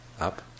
up